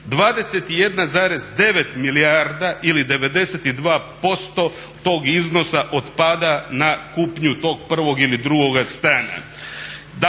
21,9 milijardi ili 92% tog iznosa otpada na kupnju tog prvog ili drugoga stana.